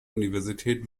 universität